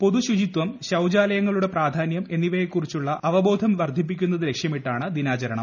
പൊതുശുചിത്വം ശൌചാലയങ്ങളുടെ പ്രധാനൃം എന്നിവയെക്കുറിച്ചുള്ള അവബോധം വർദ്ധിപ്പിക്കുന്നത് ലക്ഷ്യമിട്ടാണ് ദിനാചരണം